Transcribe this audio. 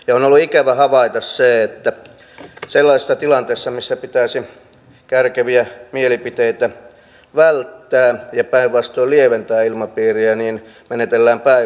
on ollut ikävä havaita se että sellaisessa tilanteessa missä pitäisi kärkeviä mielipiteitä välttää ja päinvastoin lieventää ilmapiiriä menetellään päinvastoin